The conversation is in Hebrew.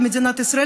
במדינת ישראל,